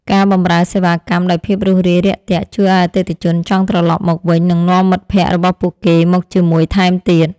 ការបម្រើសេវាកម្មដោយភាពរួសរាយរាក់ទាក់ជួយឱ្យអតិថិជនចង់ត្រឡប់មកវិញ និងនាំមិត្តភក្តិរបស់ពួកគេមកជាមួយថែមទៀត។